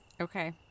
okay